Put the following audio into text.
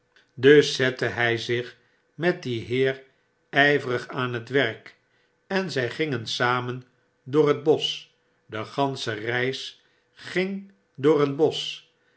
dus zette hij zich met dien heer ijverig aan het werk en zij gingen samen door het bosch de gansche reis ging door een bosch